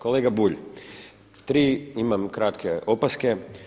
Kolega Bulju, tri imam kratke opaske.